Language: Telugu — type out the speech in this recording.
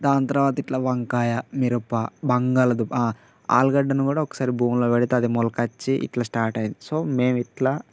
దాని తర్వాత ఇట్ల వంకాయ మిరప బంగాళదుంప ఆలుగడ్డని కూడా ఒకసారి భూమిలో పెడితే అది మొలకొచ్చి ఇట్లా స్టార్ట్ అయింది సో మేము ఇట్లా